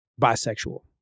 bisexual